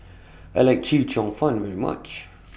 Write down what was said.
I like Chee Cheong Fun very much